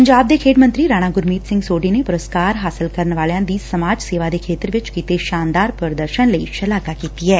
ਪੰਜਾਬ ਦੇ ਖੇਡ ਮੰਤਰੀ ਰਾਣਾ ਗੁਰਮੀਤ ਸਿੰਘ ਸੋਢੀ ਨੇ ਪੁਰਸਕਾਰ ਹਾਸਲ ਕਰਨ ਵਾਲਿਆਂ ਦੀ ਸਮਾਜ ਸੇਵਾ ਦੇ ਖੇਤਰ ਵਿਚ ਕੀਤੇ ਸ਼ਾਨਦਾਨ ਪ੍ਰਦਰਸ਼ਨ ਲਈ ਸ਼ਲਾਘਾ ਕੀਤੀ ਏ